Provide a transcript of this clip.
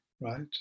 right